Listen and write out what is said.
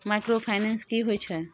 Microfinance की होय छै?